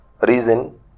reason